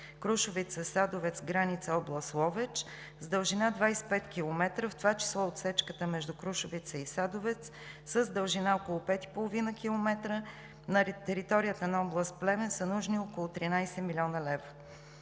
Крушовица – Садовец, граница област Ловеч с дължина 25 км, в това число отсечката между Крушовица и Садовец с дължина около 5,5 км на територията на област Плевен, са нужни около 13 млн. лв.